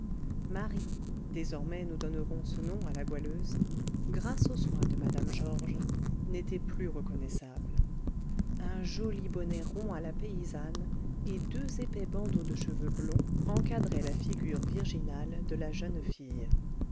goualeuse grâce aux soins de mme georges n'était plus reconnaissable un joli bonnet rond à la paysanne et deux épais bandeaux de cheveux blonds encadraient la figure virginale de la jeune fille